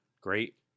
great